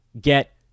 get